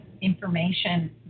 information